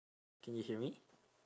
can you hear me